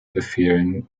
befehlen